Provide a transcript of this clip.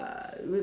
uh